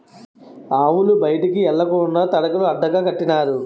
ఆవులు బయటికి ఎల్లకండా తడకలు అడ్డగా కట్టినారు